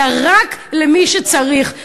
אלא רק למי שצריך.